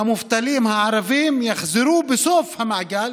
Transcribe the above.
המובטלים הערבים יחזרו בסוף המעגל,